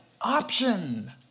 option